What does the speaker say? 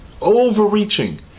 overreaching